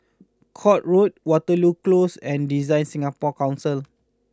Court Road Waterloo Close and Design Singapore Council